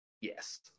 yes